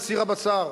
לסיר הבשר.